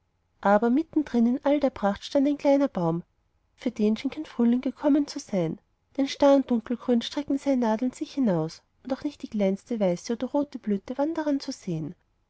aber mitten drinnen in all der pracht stand ein kleiner baum für den schien kein frühling gekommen zu sein denn starr und dunkelgrün streckten seine nadeln sich hinaus und auch nicht die kleinste weiße oder rote blüte war daran zu sehen